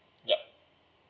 yup